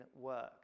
work